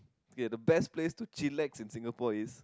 okay the best place to chillax in Singapore is